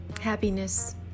happiness